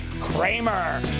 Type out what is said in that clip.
Kramer